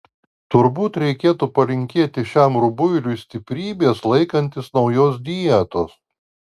turbūt reikėtų palinkėti šiam rubuiliui stiprybės laikantis naujos dietos